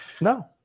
no